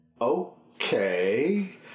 okay